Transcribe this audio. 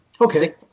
Okay